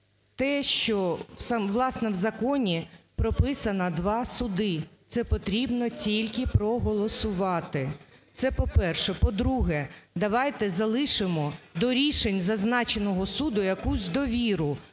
власне, в законі прописано два суди. Це потрібно тільки проголосувати. Це по-перше. По-друге, давайте залишимо до рішень зазначеного суду якусь довіру,